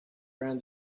around